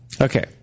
Okay